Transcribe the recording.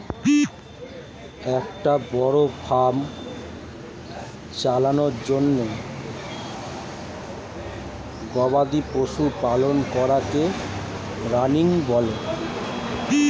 একটা বড় ফার্ম আয়োজনে গবাদি পশু পালন করাকে রানিং বলে